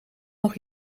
nog